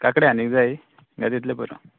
काकडी आनीक जाय काय तितले पुरो